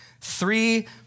three